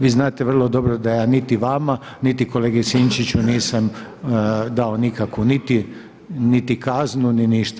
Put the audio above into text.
Vi znate vrlo dobro da ja niti vama niti kolegi Sinčiću nisam dao nikakvu niti kaznu ni ništa.